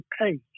pay